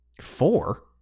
Four